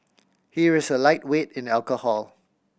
he is a lightweight in alcohol